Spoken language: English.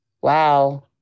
Wow